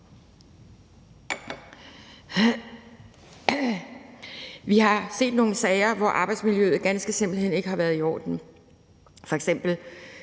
Vi har set nogle sager, hvor arbejdsmiljøet ganske simpelt ikke har været i orden. F.eks.